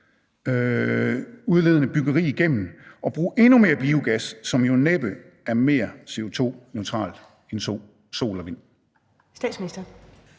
CO2-udledende byggeri igennem og bruge endnu mere biogas, som jo næppe er mere CO2-neutralt end sol og vind?